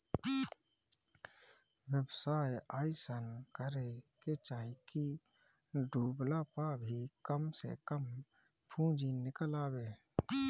व्यवसाय अइसन करे के चाही की डूबला पअ भी कम से कम पूंजी निकल आवे